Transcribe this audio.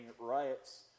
riots